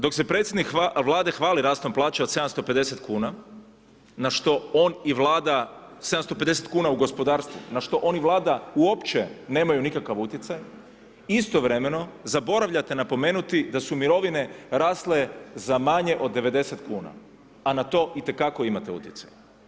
Dok se predsjednik Vlade hvali rastom plaća od 750 kuna, na što on i Vlada, 750 kuna u gospodarstvu na što on i Vlada uopće nemaju nikakav utjecaj, istovremeno zaboravljate napomenuti da su mirovine rasle za manje od 90 kuna, a na to itekako imate utjecaj.